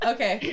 Okay